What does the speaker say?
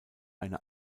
eine